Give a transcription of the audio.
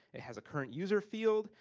it has a current user field,